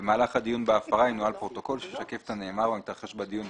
במהלך הדיון בהפרה ינוהל פרוטוקול שישקף את הנאמר והמתרחש בדיון,